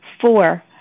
Four